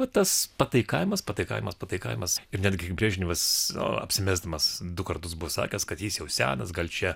o tas pataikavimas pataikavimas pataikavimas ir netgi brežnevas apsimesdamas du kartus buvo sakęs kad jis jau senas gal čia